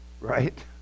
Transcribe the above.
Right